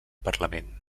parlament